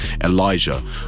Elijah